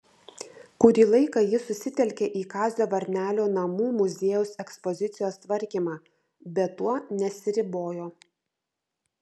kurį laiką ji susitelkė į kazio varnelio namų muziejaus ekspozicijos tvarkymą bet tuo nesiribojo